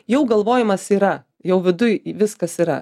jau galvojimas yra jau viduj viskas yra